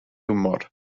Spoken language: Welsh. hiwmor